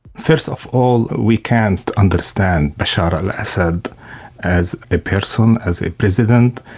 first of all we can't understand bashar al-assad as a person, as a president,